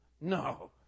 no